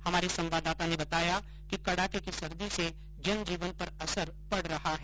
हमारे संवाददाता ने बताया कि कडाके की सर्दी से जनजीवन पर असर पड रहा है